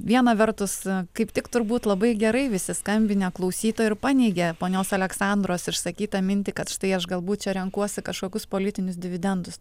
viena vertus kaip tik turbūt labai gerai visi skambinę klausytojai ir paneigė ponios aleksandros išsakytą mintį kad štai aš čia galbūt renkuosi kažkokius politinius dividendus